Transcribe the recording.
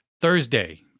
Thursday